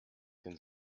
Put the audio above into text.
den